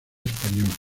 español